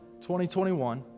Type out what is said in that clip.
2021